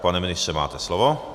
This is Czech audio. Pane ministře, máte slovo.